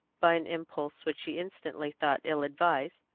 by an impulse which she instantly thought ill-advised,